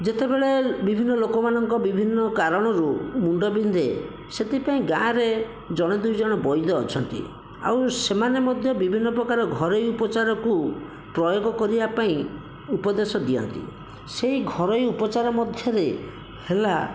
ଯେତେବେଳେ ବିଭିନ୍ନ ଲୋକମାନଙ୍କ ବିଭିନ୍ନ କାରଣରୁ ମୁଣ୍ଡ ବିନ୍ଧେ ସେଥିପାଇଁ ଗାଁରେ ଜଣେ ଦୁଇ ଜଣ ବୈଦ ଅଛନ୍ତି ଆଉ ସେମାନେ ମଧ୍ୟ ବିଭିନ୍ନ ପ୍ରକାର ଘରୋଇ ଉପଚାରକୁ ପ୍ରୟୋଗ କରିବା ପାଇଁ ଉପଦେଶ ଦିଅନ୍ତି ସେହି ଘରୋଇ ଉପଚାର ମଧ୍ୟରେ ହେଲା